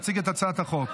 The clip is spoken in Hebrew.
להציג את הצעת החוק.